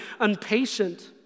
unpatient